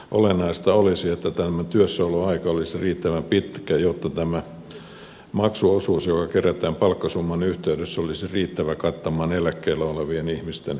olennaista olisi että tämä työssäoloaika olisi riittävän pitkä jotta tämä maksuosuus joka kerätään palkkasumman yhteydessä olisi riittävä kattamaan eläkkeellä olevien ihmisten eläkkeet